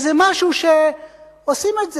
איזה משהו שעושים את זה,